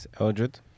Eldred